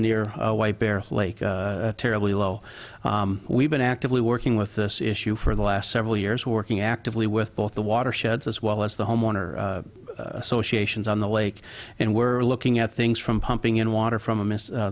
bear lake terribly low we've been actively working with this issue for the last several years working actively with both the watersheds as well as the homeowner associations on the lake and we're looking at things from pumping in water from a